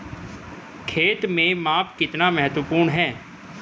खेत में माप कितना महत्वपूर्ण है?